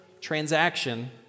transaction